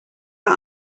but